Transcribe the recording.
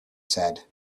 said